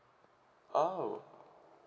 orh